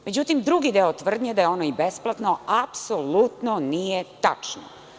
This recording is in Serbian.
Međutim, drugi deo tvrdnje da je ono i besplatno apsolutno nije tačno.